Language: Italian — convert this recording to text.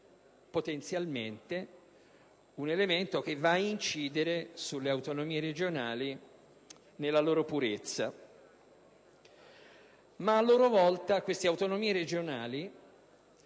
potenzialmente va ad incidere sulle autonomie regionali nella loro purezza. Ma, a loro volta, queste autonomie regionali